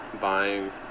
buying